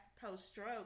post-stroke